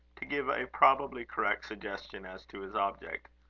to give a probably correct suggestion as to his object.